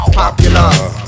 popular